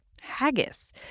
haggis